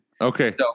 Okay